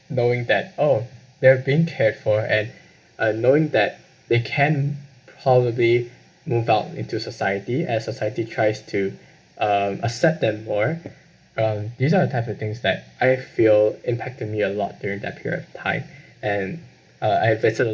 knowing that oh they have been cared for and uh knowing that they can probably move out into society as society tries to um accept them more um these are the type of things that I feel impacted me a lot during that period of time and uh I have vested